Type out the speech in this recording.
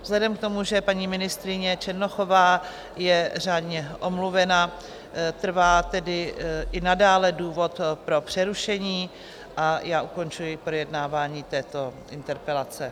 Vzhledem k tomu, že paní ministryně Černochová je řádně omluvena, trvá tedy i nadále důvod pro přerušení a já ukončuji projednávání této interpelace.